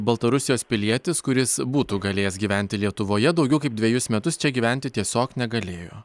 baltarusijos pilietis kuris būtų galėjęs gyventi lietuvoje daugiau kaip dvejus metus čia gyventi tiesiog negalėjo